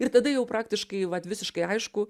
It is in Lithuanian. ir tada jau praktiškai vat visiškai aišku